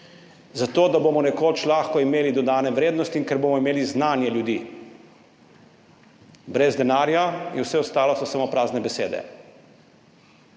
zato, da bomo nekoč lahko imeli dodane vrednosti, ker bomo imeli znanje ljudi. Brez denarja so vse ostalo samo prazne besede.